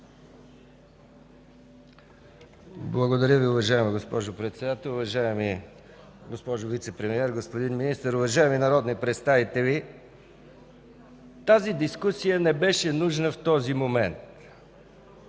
Благодаря Ви, уважаема госпожо Председател. Уважаема госпожо Вицепремиер, господин Министър, уважаеми народни представители! Тази дискусия не беше нужна в този момент.